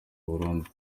burundu